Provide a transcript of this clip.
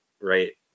Right